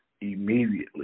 immediately